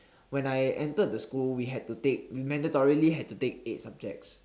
when I entered the school we had to take mandatorily had to take eight subjects